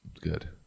Good